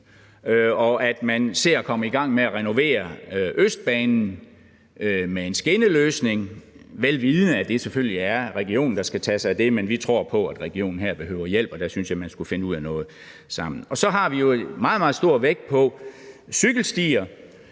og at man ser at komme i gang med at renovere Østbanen med en skinneløsning, vel vidende at det selvfølgelig er regionen, der skal tage sig af det, men vi tror på, at regionen her behøver hjælp, og der synes jeg man skulle finde ud af noget sammen. Så har vi jo meget, meget stor vægt på cykelstier